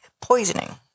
poisoning